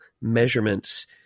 measurements